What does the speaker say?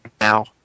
now